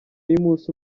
y’umunsi